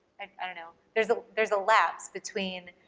i don't know, there's ah there's a lapse between,